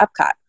Epcot